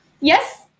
Yes